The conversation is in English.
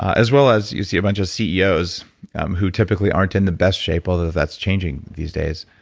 as well as, you see, a bunch of ceos who typically aren't in the best shape although that's changing these days.